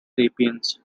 sapiens